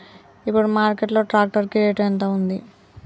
ఇప్పుడు మార్కెట్ లో ట్రాక్టర్ కి రేటు ఎంత ఉంది?